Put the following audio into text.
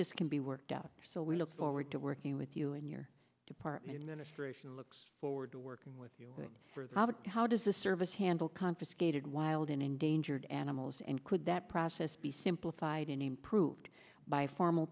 this can be worked out so we look forward to working with you in your department administration looks forward to working with you how does the service handle confiscated wild in endangered animals and could that process be simplified and improved by formal